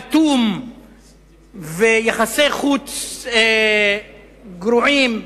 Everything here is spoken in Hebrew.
אטום, ויחסי חוץ גרועים.